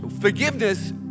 Forgiveness